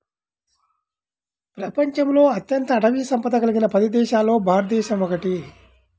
ప్రపంచంలో అత్యంత అటవీ సంపద కలిగిన పది దేశాలలో భారతదేశం ఒకటి